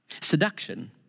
Seduction